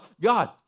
God